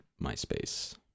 MySpace